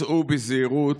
סעו בזהירות,